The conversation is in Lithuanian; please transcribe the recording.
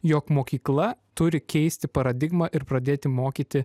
jog mokykla turi keisti paradigmą ir pradėti mokyti